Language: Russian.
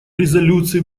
резолюции